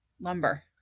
lumber